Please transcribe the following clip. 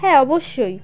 হ্যাঁ অবশ্যই